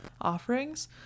offerings